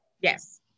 Yes